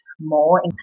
more